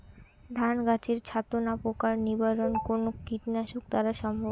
ধান গাছের ছাতনা পোকার নিবারণ কোন কীটনাশক দ্বারা সম্ভব?